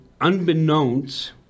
unbeknownst